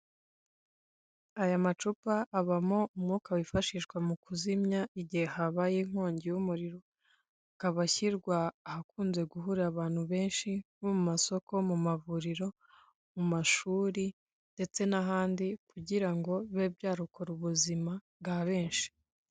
Aya macupa abamo umwuka wifashishwa mu kuzimya igihe habaye inkongi y'umuriro, akaba ashyirwa ahakunze guhura abantu benshi nko mu masoko, mu mavuriro, mu mashuri ndetse n'ahandi kugira ngo bibe byarokora ubuzima bwa benshi.